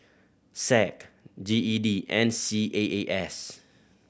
SAC G E D and C A A S